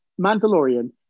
Mandalorian